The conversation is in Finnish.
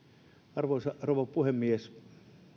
arvoisa rouva puhemies